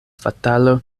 fatalo